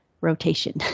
rotation